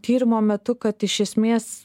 tyrimo metu kad iš esmės